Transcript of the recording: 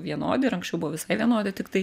vienodi ir anksčiau buvo visai vienodi tiktai